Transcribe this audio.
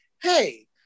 hey